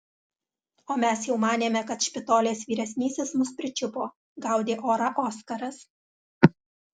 o mes jau manėme kad špitolės vyresnysis mus pričiupo gaudė orą oskaras